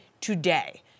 today